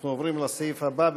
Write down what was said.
אנחנו עוברים לסעיף הבא בסדר-היום: